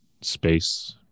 space